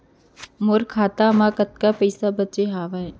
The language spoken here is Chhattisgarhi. मोर खाता मा कतका पइसा बांचे हवय?